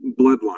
bloodline